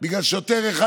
בגלל שוטר אחד,